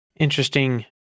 interesting